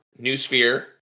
Newsphere